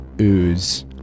ooze